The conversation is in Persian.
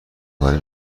کاری